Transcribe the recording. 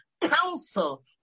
counsel